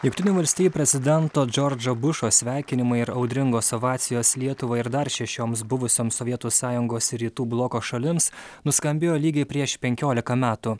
jungtinių valstijų prezidento džordžo bušo sveikinimai ir audringos ovacijos lietuvai ir dar šešioms buvusioms sovietų sąjungos rytų bloko šalims nuskambėjo lygiai prieš penkiolika metų